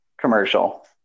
commercial